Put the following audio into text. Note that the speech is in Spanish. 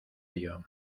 ello